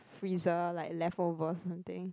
freezer like leftover something